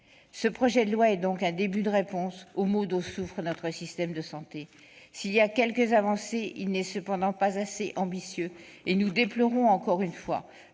Ce projet de loi est donc un début de réponse aux maux dont souffre notre système de santé. S'il contient quelques avancées, il n'est pas assez ambitieux. Et nous déplorons encore une fois